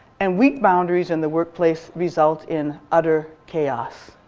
and weak boundaries in the workplace result in utter chaos.